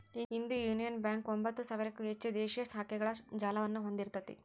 ಇಂದು Union Bank ಒಂಭತ್ತು ಸಾವಿರಕ್ಕೂ ಹೆಚ್ಚು ದೇಶೇ ಶಾಖೆಗಳ ಜಾಲವನ್ನ ಹೊಂದಿಇರ್ತೆತಿ